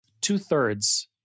two-thirds